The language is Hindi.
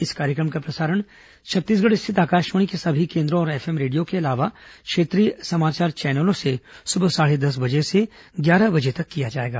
इस कार्यक्रम का प्रसारण छत्तीसगढ़ स्थित आकाशवाणी के सभी केन्द्रों और एफ एम रेडियो के अलावा क्षेत्रीय समाचार चैनलों से सुबह साढ़े दस बजे से ग्यारह बजे तक किया जाएगा